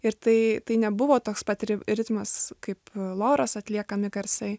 ir tai tai nebuvo toks patri ritmas kaip loros atliekami garsai